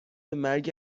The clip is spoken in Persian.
مرگ